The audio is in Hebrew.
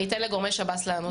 אני אתן לגורמי שב"ס לענות.